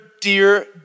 dear